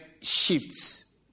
shifts